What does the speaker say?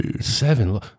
Seven